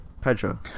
Pedro